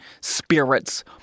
spirits